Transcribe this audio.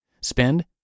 Spend